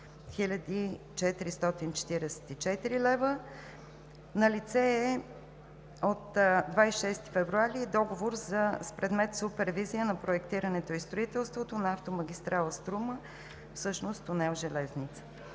444 лв. Налице е от 26 февруари договор с предмет „Супервизия на проектирането и строителството на автомагистрала „Струма“, всъщност тунел „Железница“.